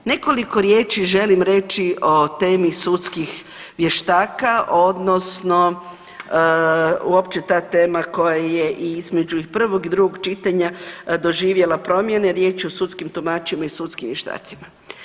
Nekoliko riječi želim reći o temi sudskih vještaka odnosno uopće ta tema koja je i između i prvog i drugog čitanja doživjela promjene, riječ je o sudskim tumačima i sudskim vještacima.